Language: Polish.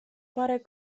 parę